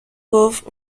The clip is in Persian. گفت